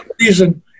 reason